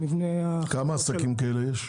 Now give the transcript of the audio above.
כמה עסקים כאלה יש?